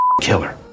killer